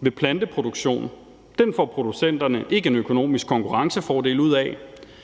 ved en planteproduktion får producenterne ikke en økonomisk konkurrencefordel ud af.